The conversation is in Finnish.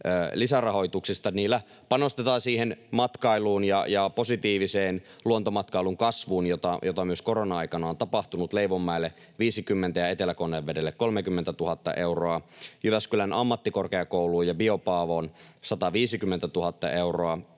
Niillä panostetaan matkailuun ja positiiviseen luontomatkailun kasvuun, jota myös korona-aikana on tapahtunut. Leivonmäelle tulee 50 000 ja Etelä-Konnevedelle 30 000 euroa. Jyväskylän ammattikorkeakouluun ja BioPaavoon tulee 150 000 euroa,